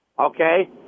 Okay